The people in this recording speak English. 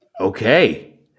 Okay